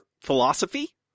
philosophy